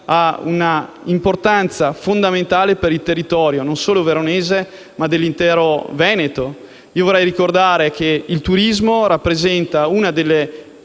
ha un'importanza fondamentale per il territorio non solo veronese, ma dell'intero Veneto. Vorrei ricordare che il turismo rappresenta una delle